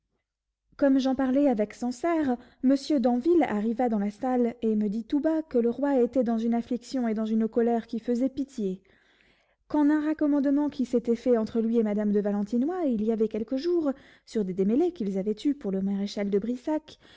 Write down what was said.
comme j'en parlais avec sancerre monsieur d'anville arriva dans la salle et me dit tout bas que le roi était dans une affliction et dans une colère qui faisaient pitié qu'en un raccommodement qui s'était fait entre lui et madame de valentinois il y avait quelques jours sur des démêlés qu'ils avaient eus pour le maréchal de brissac